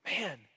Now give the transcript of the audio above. man